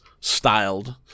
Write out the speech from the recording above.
styled